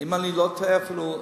אם אני לא טועה, אפילו,